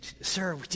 sir